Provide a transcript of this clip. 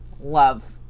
love